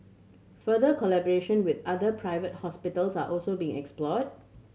further collaboration with other private hospitals are also being explored